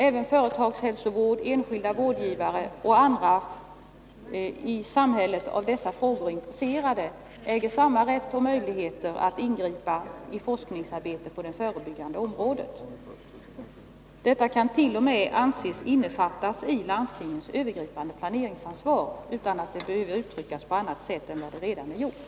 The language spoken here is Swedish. Även företagshälsovård, enskilda vårdgivare och andra i samhället av dessa frågor intresserade äger samma rätt och möjligheter att ingripa i forskningsarbetet på det förebyggande området. Detta kan t.o.m. anses innefattat i landstingens övergripande planeringsansvar, utan att det behöver uttryckas på annat sätt än som det redan har gjorts.